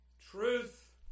Truth